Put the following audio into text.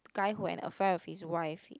guy who had an affair with his wife